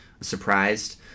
surprised